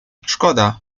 szkoda